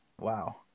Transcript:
Wow